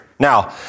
Now